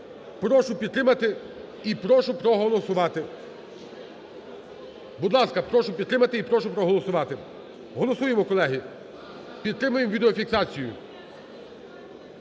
Прошу підтримати і прошу проголосувати. Будь ласка, прошу підтримати і прошу проголосувати. Голосуємо, колеги! Підтримаємо відеофіксацію.